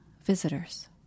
visitors